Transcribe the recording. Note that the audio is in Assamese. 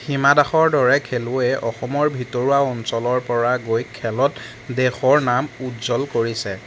হিমা দাসৰ দৰে খেলুৱৈয়ে অসমৰ ভিতৰুৱা অঞ্চলৰপৰা গৈ খেলত দেশৰ নাম উজ্জ্বল কৰিছে